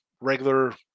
regular